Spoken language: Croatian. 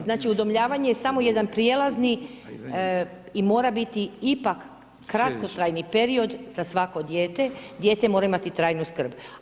Znači udomljavanje je samo jedan prijelazni i mora biti ipak kratkotrajni period za svako dijete, dijete mora imati trajnu skrb.